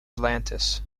atlantis